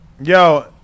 Yo